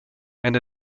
einer